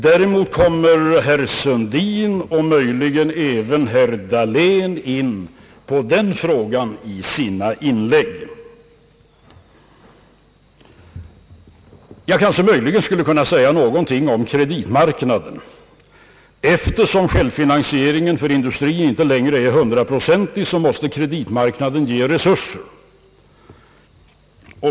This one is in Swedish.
Däremot kom herr Sundin och möjligen även herr Dahlén in på den frågan i sina inlägg. Jag skall något närmare beröra kreditmarknaden. Eftersom självfinansieringen för industrin inte längre är hundraprocentig måste kreditmarknaden ge resurser.